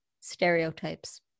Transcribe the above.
stereotypes